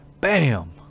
Bam